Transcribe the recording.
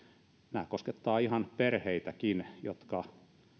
nämä koskettavat ihan perheitäkin jotka